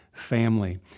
Family